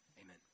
Amen